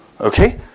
Okay